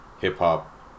hip-hop